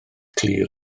clir